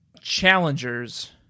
challengers